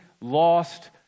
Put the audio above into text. lost